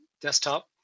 desktop